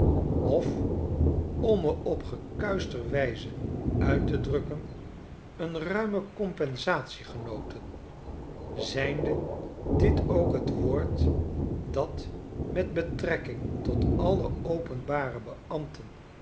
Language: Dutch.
of om me op gekuischter wijze uit te drukken een mime compensate genoten zijnde dit ook het woord dat met betrekking tot alle openbare